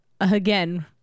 again